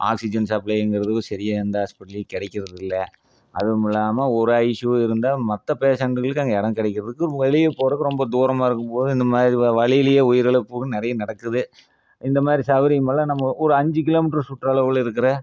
oxygen சப்ளைங்கிறதும் சரியாக எந்த ஹாஸ்பிட்டல்லையும் கிடைக்கிறதில்ல அதுவுமில்லாமல் ஒரு ஐசியூ இருந்தால் மற்ற பேஷண்ட்டுங்களுக்கு அங்கே இடம் கிடைக்கிறதுக்கு வெளியே போகிறதுக்கு ரொம்ப தூரமாக இருக்கும் போது இந்த மாதிரி வ வழியிலயே உயிரிழப்புகள் நிறைய நடக்குது இந்த மாதிரி சவுகரியமெல்லாம் நம்ம ஒரு அஞ்சு கிலோ மீட்டர் சுற்றளவில் இருக்கிற